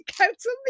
council